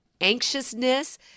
anxiousness